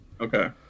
okay